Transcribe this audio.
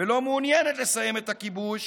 ולא מעוניינת להפסיק את הכיבוש